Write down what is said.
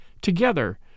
together